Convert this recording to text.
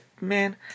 man